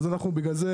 אז אנחנו בגלל זה,